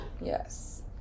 Yes